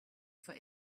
for